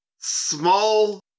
small